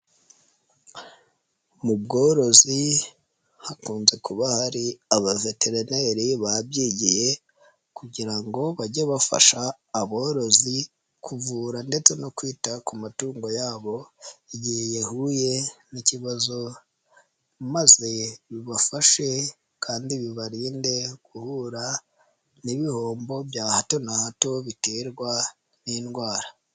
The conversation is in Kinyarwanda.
Mu bworozi hakunze kuba hari abavetereneri babyigiye kugira ngo bajye bafasha aborozi kuvura ndetse no kwita ku matungo yabo igihe yahuye n'ikibazo, maze bibafashe kandi bibarinde guhura n'ibihombo bya hato na hato biterwa n'indwara.